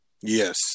Yes